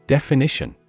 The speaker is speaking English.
Definition